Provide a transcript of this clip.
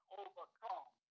overcome